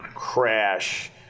crash